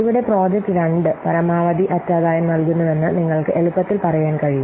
ഇവിടെ പ്രോജക്റ്റ് 2 പരമാവധി അറ്റാദായം നൽകുന്നുവെന്ന് നിങ്ങൾക്ക് എളുപ്പത്തിൽ പറയാൻ കഴിയും